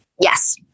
Yes